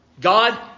God